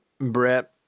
Brett